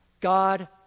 God